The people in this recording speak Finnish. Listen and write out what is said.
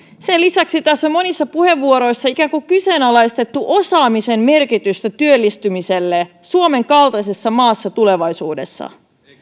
sen lisäksi monissa puheenvuoroissa on ikään kuin kyseenalaistettu osaamisen merkitys työllistymiselle suomen kaltaisessa maassa tulevaisuudessa